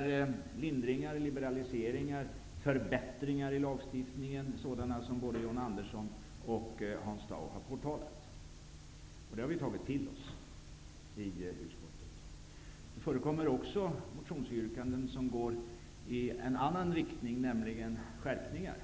till lindringar, liberaliseringar och förbättringar i lagstiftningen. Det är bl.a. de motioner som John Andersson och Hans Dau har tagit upp. Det har vi tagit till oss i utskottet. Det förekommer också motionsyrkanden med en annan inriktning. De syftar nämligen till skärpningar.